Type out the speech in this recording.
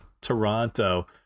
Toronto